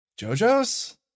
JoJo's